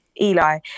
Eli